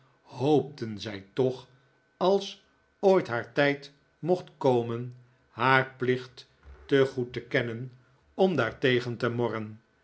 hoopten zij toch als ooit haar tijd juffrouw petowker naar het hu wel ij ks alt a ar mocht komen haar plicht te goed te kennen om daartegen te morren